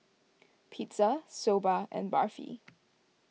Pizza Soba and Barfi